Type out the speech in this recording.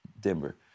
Denver